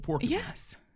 yes